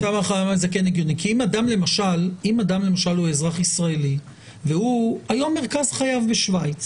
זה הגיוני כי אם למשל אדם הוא אזרח ישראלי והיום מרכז חייו הוא בשוויץ